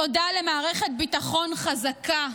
תודה על מערכת ביטחון חזקה,